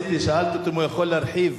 שאלתי אותו אם הוא יכול להרחיב.